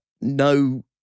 no